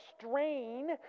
strain